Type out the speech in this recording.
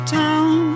town